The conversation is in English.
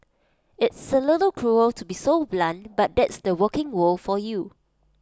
it's A little cruel to be so blunt but that's the working world for you